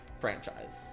franchise